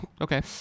Okay